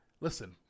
listen